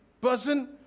person